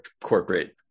corporate